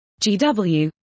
GW